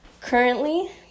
currently